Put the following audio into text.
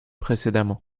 précédemment